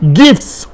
gifts